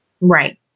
Right